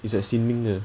it's at sin ming there